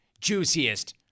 juiciest